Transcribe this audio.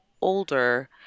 older